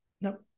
nope